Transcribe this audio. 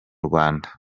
rwanda